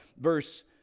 Verse